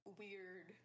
weird